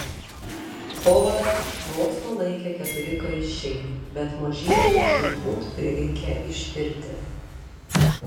odą vos nulaikė keturi kaiščiai bet mažyliui žūtbūt prireikė ištirti